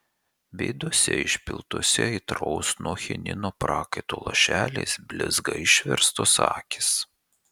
veiduose išpiltuose aitraus nuo chinino prakaito lašeliais blizga išverstos akys